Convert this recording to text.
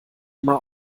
immer